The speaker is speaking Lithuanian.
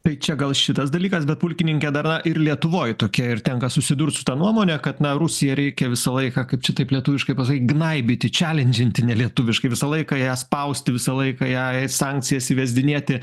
tai čia gal šitas dalykas bet pulkininke dar na ir lietuvoj tokia ir tenka susidurt su ta nuomone kad na rusiją reikia visą laiką kaip čia taip lietuviškai pasakyt gnaibyti čialendžinti nelietuviškai visą laiką ją spaust visą laiką jai sankcijas įvesdinėti